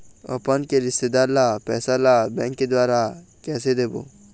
अपन के रिश्तेदार ला पैसा ला बैंक के द्वारा कैसे देबो?